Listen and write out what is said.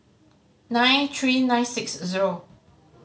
nine three nine six zero